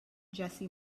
jesse